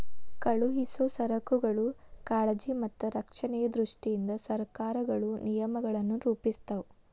ಕಳುಹಿಸೊ ಸರಕುಗಳ ಕಾಳಜಿ ಮತ್ತ ರಕ್ಷಣೆಯ ದೃಷ್ಟಿಯಿಂದ ಸರಕಾರಗಳು ನಿಯಮಗಳನ್ನ ರೂಪಿಸ್ತಾವ